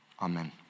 Amen